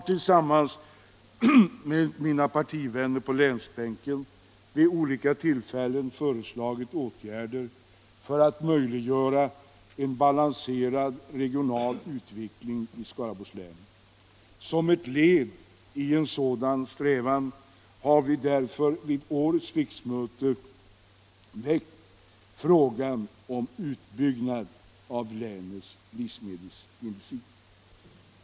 Tillsammans med mina partivänner på länsbänken har jag vid olika tillfällen föreslagit åtgärder för att möjliggöra en balanserad regional utveckling i Skaraborgs län. Som ett led i en sådan strävan har vi vid årets riksmöte fört fram frågan om en utbyggnad av länets livsmedelsindustri.